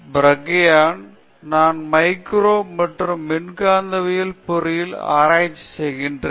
பிராக்யன் நான் மைக்ரோ மற்றும் மின்காந்தவியல் பொறியியலில் ஆராய்ச்சி செய்கிறேன்